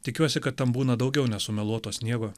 tikiuosi kad ten būna daugiau nesumeluoto sniego